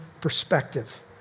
perspective